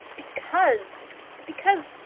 because because